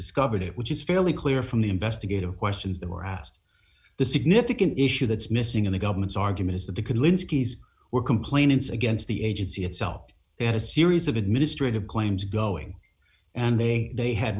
discovered it which is fairly clear from the investigative questions that were asked the significant issue that's missing in the government's argument is that they could linsky were complainants against the agency itself they had a series of administrative claims going and they they had